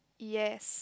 yes